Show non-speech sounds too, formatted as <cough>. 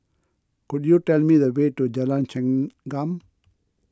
could you tell me the way to Jalan <hesitation> Chengam